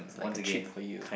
it's like a treat for you